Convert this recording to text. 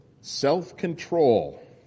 self-control